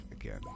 again